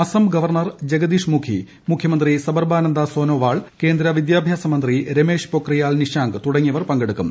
Assam governor Jagdish Mukhi മുഖ്യമന്ത്രി സർബാനന്ദ സോനോവാൾ കേന്ദ്ര വിദ്യാഭ്യാസ മന്ത്രി രമേശ് പൊഖ്രിയാൽ നിഷാങ്ക് തുടങ്ങിയവർ പങ്കെടുക്കും